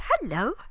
hello